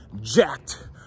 jacked